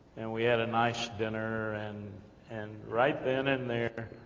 and we had a nice dinner, and and right then, and there,